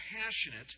passionate